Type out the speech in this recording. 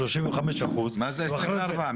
שלושים וחמש אחוז --- מה זה עשרים וארבע?